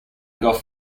gogh